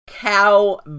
Cow